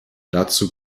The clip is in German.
dazu